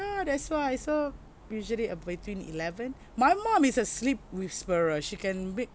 that's why so usually uh between eleven my mom is a sleep whisperer she can make